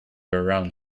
around